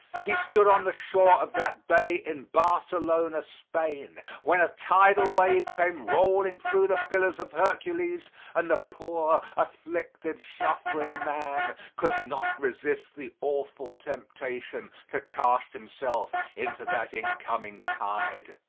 he stood on the shore of that bay in barcelona, spain, when a tidal wave came rolling through the pillars of hercules and the poor afflicted, suffering man could not resist the awful temptation to cast himself into that incoming tide,